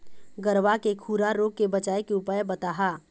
गरवा के खुरा रोग के बचाए के उपाय बताहा?